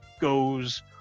goes